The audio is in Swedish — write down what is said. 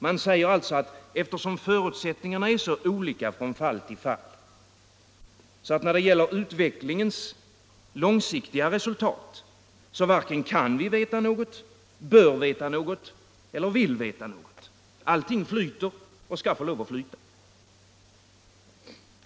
Man säger alltså att förutsättningarna är så olika från fall till fall att vi när det gäller utvecklingens långsiktiga resultat varken kan veta något, bör veta något eller vill veta något. Allting flyter och får lov att flyta.